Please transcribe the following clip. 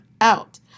out